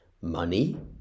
Money